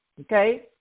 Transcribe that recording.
Okay